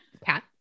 Pat